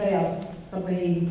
that i mean